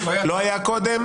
שלא היה קודם.